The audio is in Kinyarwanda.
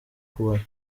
kubara